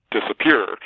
disappear